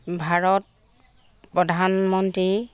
ভাৰত প্ৰধানমন্ত্ৰীৰ